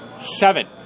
Seven